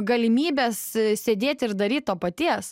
galimybės sėdėt ir daryt to paties